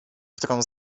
którą